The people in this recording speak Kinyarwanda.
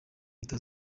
leta